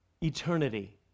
eternity